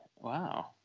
Wow